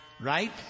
right